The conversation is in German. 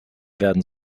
werden